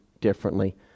differently